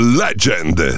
legend